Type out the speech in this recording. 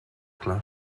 clar